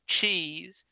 cheese